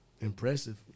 impressive